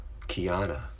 Kiana